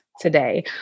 today